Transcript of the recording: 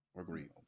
Agreed